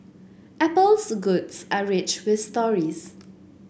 apple's goods are rich with stories